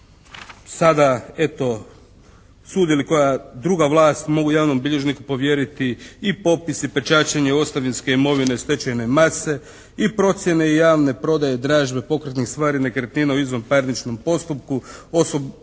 sada eto sudi li koja druga vlast mogu javnom bilježniku povjeriti i popis i pečaćenje ostavinske imovine stečajne mase i procjene javne prodaje, dražbe, pokretnih stvari, nekretnine u izvanparničnom postupku, osobito